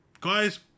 guys